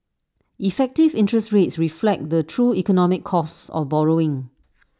effective interest rates reflect the true economic cost of borrowing